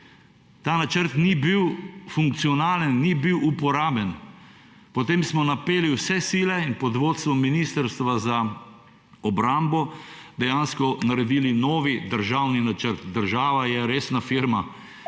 Ta načrt ni bil funkcionalen, ni bil uporaben. Potem smo napeli vse sile in pod vodstvom Ministrstva za obrambo dejansko naredili nov državni načrt. Država je resna firma.